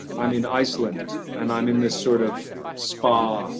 i'm in iceland, and i'm in this sort of spa,